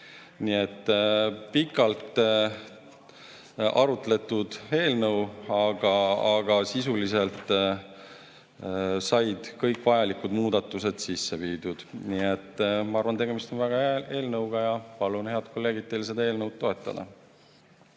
Nii et pikalt arutletud eelnõu, aga sisuliselt said kõik vajalikud muudatused sisse viidud. Ma arvan, et tegemist on väga hea eelnõuga, ja palun, head kolleegid, teil seda eelnõu toetada.